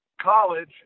college